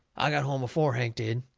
i got home before hank did.